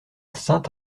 sainte